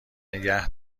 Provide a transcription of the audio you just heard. نگه